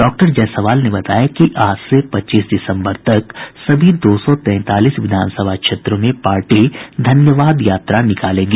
doctor Jaiswal ने बताया कि आज से पच्चीस दिसम्बर तक सभी दो सौ तैंतालीस विधानसभा क्षेत्रों में धन्यवाद यात्रा निकालेगी